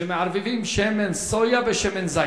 שמערבבים שמן סויה בשמן זית.